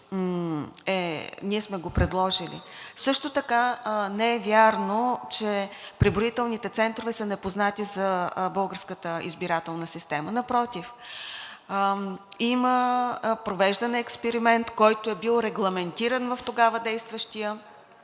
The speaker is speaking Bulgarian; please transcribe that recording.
ние сме го предложили. Също така не е вярно, че преброителните центрове са непознати за българската избирателна система. Напротив, има провеждан експеримент, който е бил регламентиран в тогава действащото